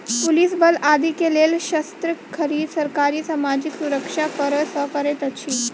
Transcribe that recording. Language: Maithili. पुलिस बल आदि के लेल शस्त्र खरीद, सरकार सामाजिक सुरक्षा कर सँ करैत अछि